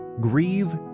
Grieve